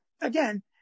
again